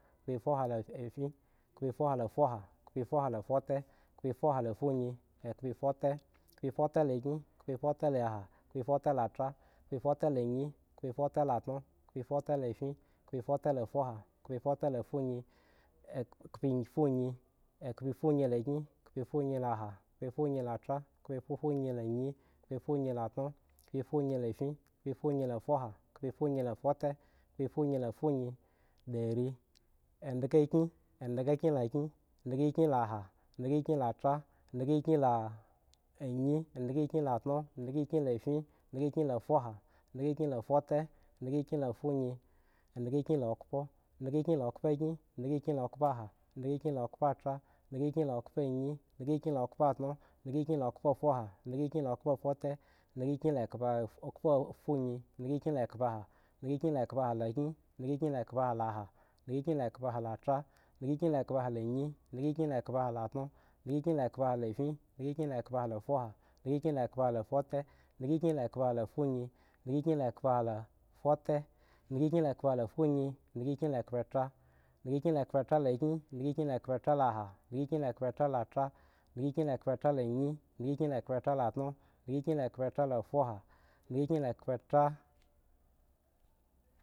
Khpoefuha la fin, khpoefuha la fuha, khpoefuhu la fute, khpoefuha la funyi, ekhpoefuta khpoefute la kyin, khpoe fute la ha, khpoe fute la tra, khpoefute la anyi, khpoefuta la tno, khpoefute la tra, khpoefute la anyi, khpoefuta la tno, khpoefute la fin, khpoefute la fuha, khpoeefute la funyi ekhpo, ekhpoefunyi khpoefunyi la kyn, khpoefunyi la ha, khpoefun yi la tra, khpoefunyi la anyi, khpoefunyi la tno, khoefunyi fin, khpoefunyi la fuha, khpoefunyi la fute, khpoefunyi la funyi dari, endhga kyin, endhga kyin la kyin, endhga kyin la funyi dari, endhga kyin, enghga kyin la kyin, endhga kyin la h, endhga kyin lafin, endhga kyin la fuha, endhga kyin la fute, endhga kyin lafin, endhga kyin la fuha, endhga kyin la fute, endhga kyin la fungi, endhga kyin la khpo, endgkyin la khpo kyin, endhga kyin la khpo ha, endhga kyin la khpo tra, endhga kyin la khpo any, endhga kyin la khpo tno, endhga kyin la khpo fin, endhga kyin la khpo fuha, endhga kyin la khpo fute, endhga kyin la khpo e khpo funyi, endhga kyin la khpo eha, endhga kyin la khpoeha la tra, endhga kyin la khpoeha la anyi, endhgakyin la khpoeha la tno, endhga kyin la khpoeha la fin, endhga kyin la khpoeha la funyi, endhga kyin la khpoetra, endhga kyin la khpoetro la kyin, endhga kyin la khpoetra la ha, endhga kyin la khpoetra la tra, endhg kyin la anyi, endhgs kyin khpoetro la tno, endhga kyin khpoetra la fuha, endhgla kyin la khpoetra.